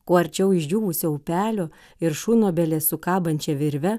kuo arčiau išdžiūvusio upelio ir šunobelės su kabančia virve